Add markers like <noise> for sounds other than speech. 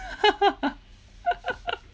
<laughs>